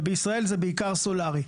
ובישראל זה בעיקר סולרי.